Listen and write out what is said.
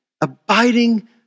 abiding